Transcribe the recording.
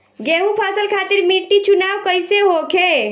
गेंहू फसल खातिर मिट्टी चुनाव कईसे होखे?